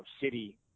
city